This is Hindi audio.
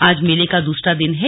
आज मेले का दूसरा दिन है